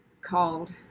called